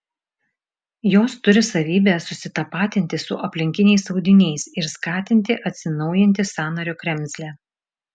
jos turi savybę susitapatinti su aplinkiniais audiniais ir skatinti atsinaujinti sąnario kremzlę